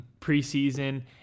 preseason